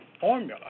formula